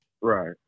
Right